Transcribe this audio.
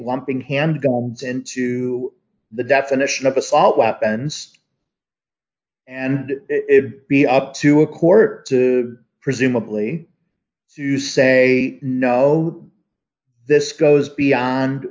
lumping handguns into the definition of assault weapons and it would be up to a court presumably to say no this goes beyond